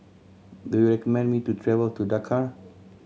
do you recommend me to travel to Dakar